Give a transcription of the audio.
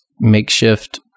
makeshift